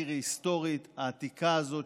העיר ההיסטורית העתיקה הזאת,